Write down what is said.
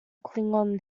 klingon